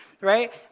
right